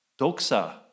Doxa